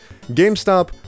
GameStop